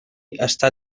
està